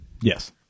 Yes